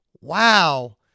Wow